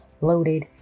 loaded